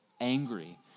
angry